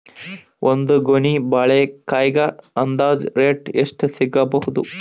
ಒಂದ್ ಗೊನಿ ಬಾಳೆಕಾಯಿಗ ಅಂದಾಜ ರೇಟ್ ಎಷ್ಟು ಸಿಗಬೋದ?